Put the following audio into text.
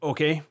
Okay